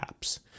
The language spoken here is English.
apps